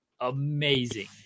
Amazing